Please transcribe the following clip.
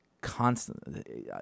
constantly